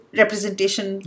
representation